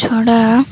ଛଡ଼ା